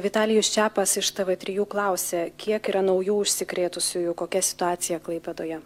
vitalijus čepas iš tv trijų klausia kiek yra naujų užsikrėtusiųjų kokia situacija klaipėdoje